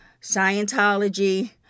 Scientology